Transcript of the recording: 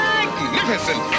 Magnificent